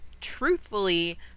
truthfully